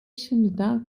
şimdiden